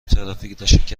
ترافیک